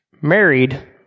married